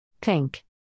Pink